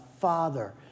father